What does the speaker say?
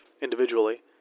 individually